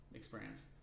experience